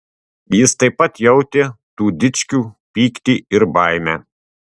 jis taip pat jautė tų dičkių pyktį ir baimę